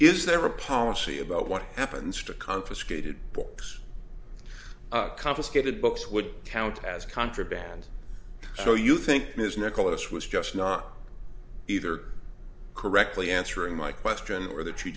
is there a policy about what happens to confiscated books confiscated books would count as contraband so you think his nicholas was just not either correctly answering my question or the tree